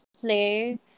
play